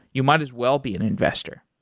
you might as well be an investor.